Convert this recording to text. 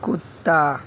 کتا